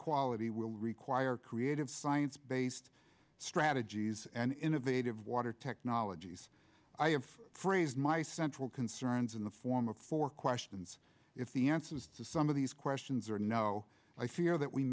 quality will require creative science based strategies and innovative water technologies i have phrased my central concerns in the form of four questions if the answers to some of these questions are no i fear that we